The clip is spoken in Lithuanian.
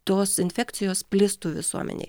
tos infekcijos plistų visuomenėj